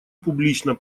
публично